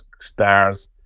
stars